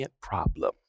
problem